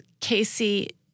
Casey